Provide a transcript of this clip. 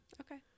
Okay